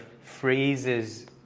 phrases